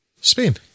Spain